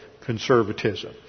conservatism